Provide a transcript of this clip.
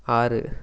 ஆறு